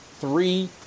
three